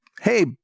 Hey